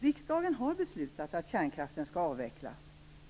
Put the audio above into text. Riksdagen har beslutat att kärnkraften skall avvecklas.